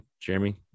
jeremy